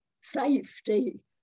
safety